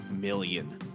million